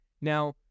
Now